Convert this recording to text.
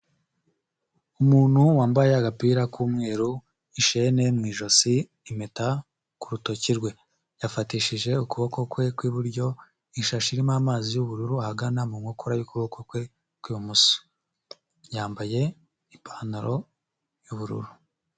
Umuntu wambaye agapira k'umweru, ishene mu ijosi, impeta ku rutoki rwe, yafatishije ukuboko kwe kw'iburyo ishashi irimo amazi y'ubururu ahagana mu nkokora y'ukuboko kwe kw'ibumoso, yambaye ipantaro y'ubururu.